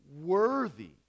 worthy